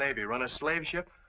navy run a slave ship